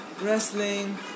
wrestling